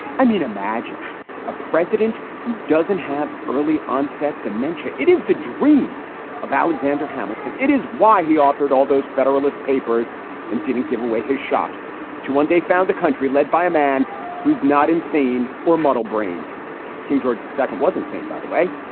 i mean, imagine a president who doesn't have early onset dementia. it is the dream of alexander hamilton. it is why he authored all those federalist papers and didn't give away his shot to one day found a country led by a man who's not insane or muddle brained king george. the second wasn't sane, by the way.